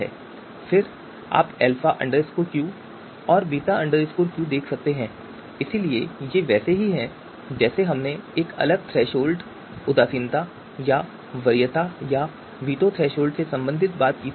फिर आप alpha Q और बीटा क्यू देख सकते हैं इसलिए ये वैसे ही हैं जैसे हमने एक अलग थ्रेसहोल्ड उदासीनता या वरीयता या वीटो थ्रेसहोल्ड से संबंधित बात की थी